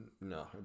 No